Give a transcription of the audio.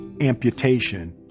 amputation